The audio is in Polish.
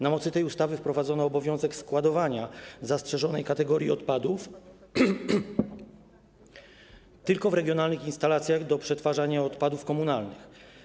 Na mocy tej ustawy wprowadzono obowiązek składowania odpadów zastrzeżonej kategorii tylko w regionalnych instalacjach do przetwarzania odpadów komunalnych.